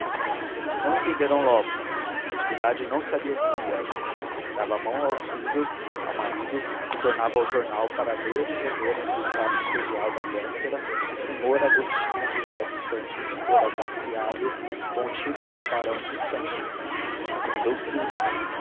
não entenderam logo natividade não sabia que fizesse dava a mão aos filhos ao marido e tornava ao jornal para ler e reler que no despacho imperial da véspera o sr agostinho josé dos santos fora agraciado com o título de barão de santos compreendeu tudo